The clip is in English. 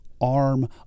arm